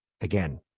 Again